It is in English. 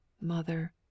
Mother